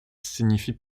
signifie